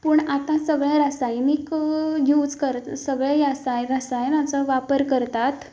पूण आतां सगळें रसायनीक यूज कर सगळें हे आसा रसायनाचो वापर करतात